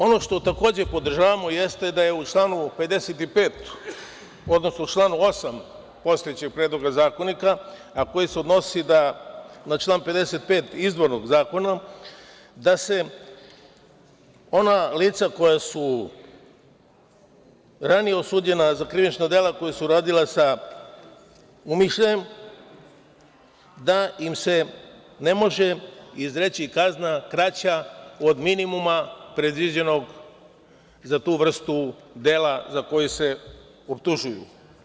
Ono što takođe podržavamo jeste da se u članu 55, odnosno u članu 8. postojećeg Predloga zakonika, a koji se odnosi na član 55. izvornog zakona, onim licima koja su ranije osuđena na krivična dela, koja su urađena sa umišljajem, ne može im se izreći kazna kraća od minimuma predviđenog za tu vrstu dela za koju se optužuju.